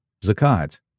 Zakat